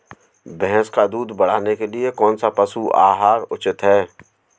भैंस का दूध बढ़ाने के लिए कौनसा पशु आहार उचित है?